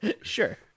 Sure